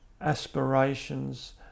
aspirations